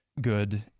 good